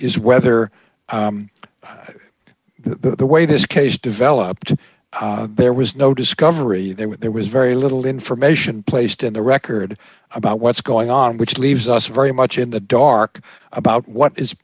is whether the way this case developed there was no discovery that there was very little information placed in the record about what's going on which leaves us very much in the dark about what is